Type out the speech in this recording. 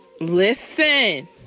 listen